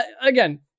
again